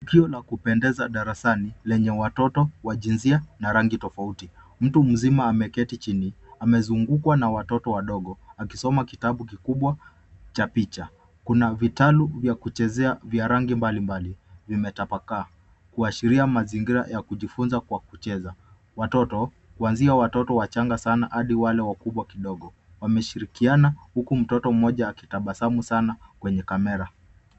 Tukio la kupendeza darasani lenye watoto wa jinsia na rangi tofauti. Mtu mzima ameketi chini amezungukwa na watoto wadogo akisoma kitabu kikubwa cha picha. Kuna vitalu vya kuchezea vya rangi mbalimbali vimetapaka, kuashiria mazingira ya kujifunza kwa kucheza. Watoto, kuanzia watoto wachanga sana hadi wale wakubwa kidogo, wameshirikiana huku mtoto mmoja akitabasamu sana kwenye kamera.